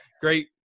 Great